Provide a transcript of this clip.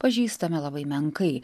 pažįstame labai menkai